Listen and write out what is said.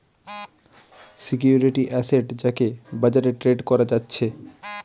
security asset যেটাকে বাজারে trade করা যাচ্ছে